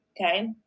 Okay